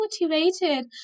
motivated